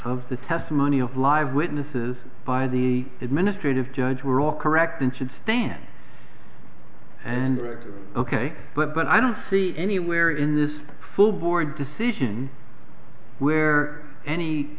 of the testimony of live witnesses by the administrative judge were all correct and should stand and ok but i don't see anywhere in this full board decision where